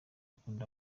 ikunda